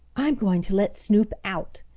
i'm going to let snoop out!